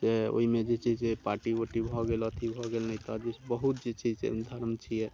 जे ओहिमे जे छै से पार्टी वार्टी भऽ गेल अथि भऽ गेल नहि तऽ जे छै बहुत जे छै से धर्म छियै